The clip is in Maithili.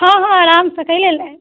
हँ हँ आराम सँ कै लेल